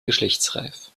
geschlechtsreif